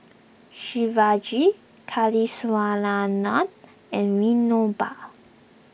Shivaji Kasiviswanathan and Vinoba